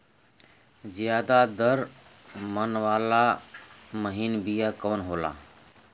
ज्यादा दर मन वाला महीन बिया कवन होला?